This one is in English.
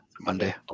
Monday